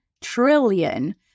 trillion